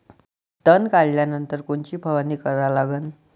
तन काढल्यानंतर कोनची फवारणी करा लागन?